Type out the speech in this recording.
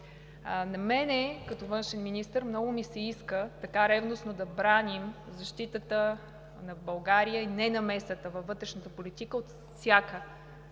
На мен като външен министър много ми се иска така ревностно да браним защитата на България и ненамесата във вътрешната политика от всяка